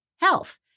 health